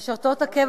אני מקשיב לה.